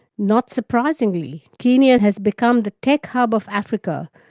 not surprisingly, kenya has become the tech-hub of africa,